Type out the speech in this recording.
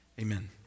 Amen